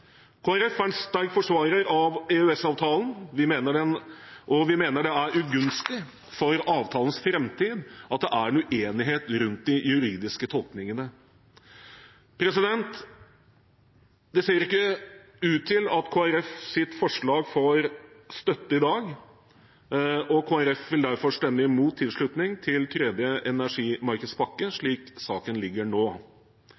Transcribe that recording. en avklaring. Kristelig Folkeparti er en sterk forsvarer av EØS-avtalen, og vi mener det er ugunstig for avtalens framtid at det er uenighet rundt de juridiske tolkningene. Det ser ikke ut til at Kristelig Folkepartis forslag får støtte i dag, og Kristelig Folkeparti vil derfor stemme imot tilslutning til tredje energimarkedspakke,